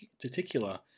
particular